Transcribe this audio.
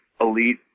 elite